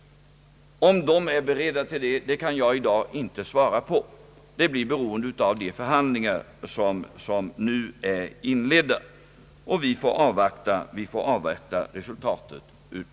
Om bankerna är beredda att fortsätta kan jag inte svara på i dag. Allt beror på de förhandlingar som nu inletts, och vi får avvakta deras resultat.